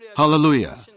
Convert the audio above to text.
Hallelujah